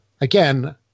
again